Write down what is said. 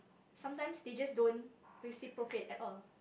sometimes they just don't reciprocate at all